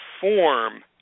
form